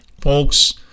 folks